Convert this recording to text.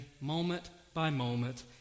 moment-by-moment